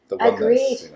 Agreed